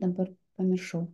dabar pamiršau